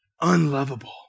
unlovable